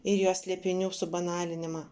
ir jo slėpinių subanalinimą